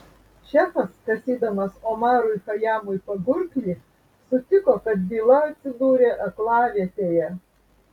šefas kasydamas omarui chajamui pagurklį sutiko kad byla atsidūrė aklavietėje